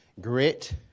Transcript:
grit